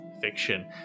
fiction